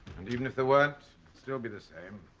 and even if there weren't still be the same